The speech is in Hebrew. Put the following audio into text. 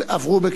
עברו